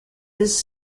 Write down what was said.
this